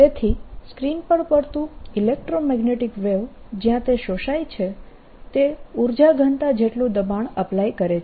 તેથી સ્ક્રીન પર પડતું ઇલેક્ટ્રોમેગ્નેટીક વેવ જયાં તે શોષાય છે તે ઊર્જા ઘનતા જેટલું દબાણ એપ્લાય કરે છે